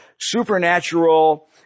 supernatural